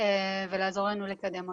ולעזור לנו לקדם אותה.